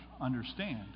understand